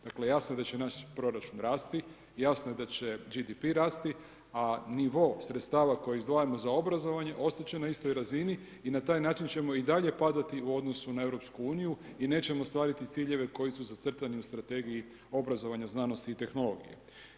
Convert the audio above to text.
Dakle jasno da da će naš proračun rasti, jasno je da će BDP a nivo sredstava koje izdvajamo za obrazovanje, ostat će na istoj razini i na taj način ćemo i dalje padati u odnosu na EU i neće ostvariti ciljeve koji su zacrtani u strategiji obrazovanja, znanosti i tehnologije.